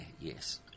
yes